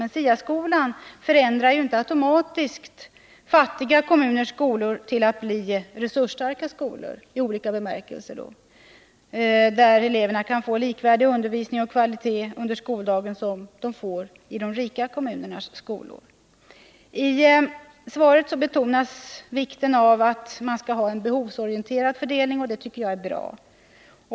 Men den förändrar inte automatiskt fattiga kommuners skolor till att bli resursstarka skolor — i olika bemärkelser — där eleverna kan få undervisning av en kvalitet som är likvärdig med den undervisning som elevernz får i de rika kommunernas skolor. I svaret betonas vikten av en behovsorienterad fördelning. Det tycker jag är bra.